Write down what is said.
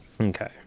okay